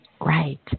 Right